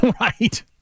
Right